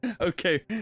okay